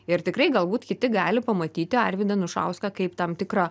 ir tikrai galbūt kiti gali pamatyti arvydą anušauską kaip tam tikrą